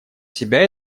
себя